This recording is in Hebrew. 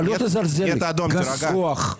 אתה לא תזלזל, גס רוח.